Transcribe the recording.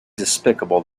despicable